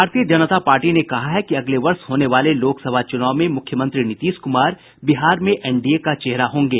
भारतीय जनता पार्टी ने कहा है कि अगले वर्ष होने वाले लोकसभा चूनाव में मुख्यमंत्री नीतीश कुमार बिहार में एनडीए का चेहरा होंगे